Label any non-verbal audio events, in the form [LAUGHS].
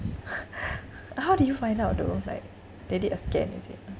[LAUGHS] how did you find out though like they did a scan is it ah